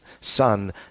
son